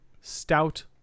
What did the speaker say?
stout